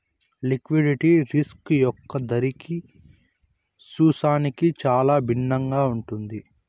liquidity risk యొక్క ధరకి సున్నాకి చాలా భిన్నంగా ఉంటుంది